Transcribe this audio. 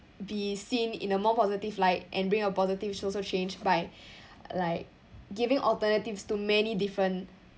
be seen in a more positive light and bring a positive social change by like giving alternatives to many different